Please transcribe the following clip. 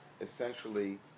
essentially